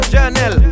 Journal